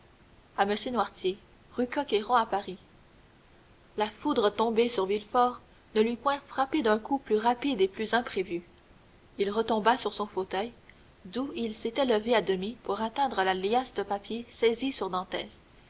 m noirtier rue coq héron à paris la foudre tombée sur villefort ne l'eût point frappé d'un coup plus rapide et plus imprévu il retomba sur son fauteuil d'où il s'était levé à demi pour atteindre la liasse de papiers saisis sur